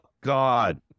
God